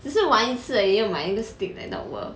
只是玩一次而已要买一个 stick not worth